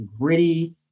gritty